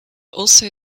also